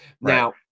Now